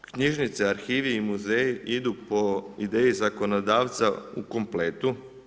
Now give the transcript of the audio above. Knjižnice, arhivi i muzeji idu po ideji zakonodavca u kompletu.